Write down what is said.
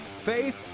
faith